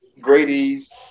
Grady's